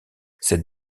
cette